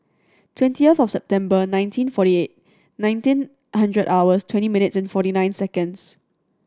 twentieth of September nineteen forty eight nineteen hundred hours twenty minutes and forty nine seconds